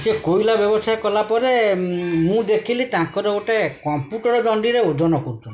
ସେ କୋଇଲା ବ୍ୟବସାୟ କଲାପରେ ମୁଁ ଦେଖିଲି ତାଙ୍କର ଗୋଟେ କମ୍ପ୍ୟୁଟର୍ ଦଣ୍ଡିରେ ଓଜନ କରୁଛନ୍ତି